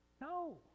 No